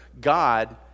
God